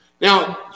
Now